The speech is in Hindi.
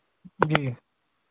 जी